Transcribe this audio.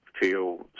feel